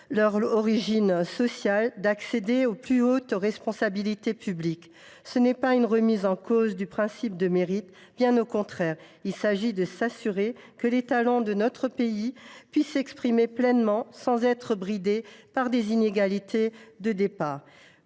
de suivre sa vocation et d’accéder aux plus hautes responsabilités publiques. Ce n’est pas une remise en cause du principe du mérite, bien au contraire ! Il s’agit de s’assurer que les talents de notre pays s’expriment pleinement, sans être bridés par des inégalités de départ.